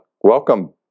Welcome